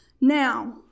now